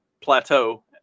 plateau